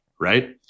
right